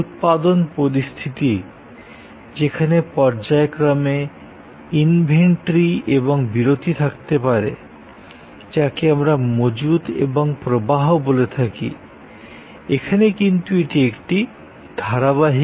উৎপাদন পরিস্থিতিতে পর্যায়ক্রমে ইনভেন্টরি এবং বিরতি থাকে যাকে স্টক এবং ফ্লো বলা হয়ে থাকে এখানে কিন্তু এই প্রবাহটি ধারাবাহিক